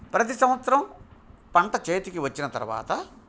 ప్రతీ సంవత్సరం పంట చేతికి వచ్చిన తర్వాత